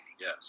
yes